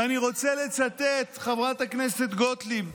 ואני רוצה לצטט, חברת הכנסת גוטליב,